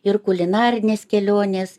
ir kulinarinės kelionės